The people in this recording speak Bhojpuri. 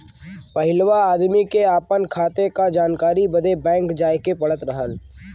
पहिलवा आदमी के आपन खाते क जानकारी बदे बैंक जाए क पड़त रहल